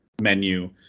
menu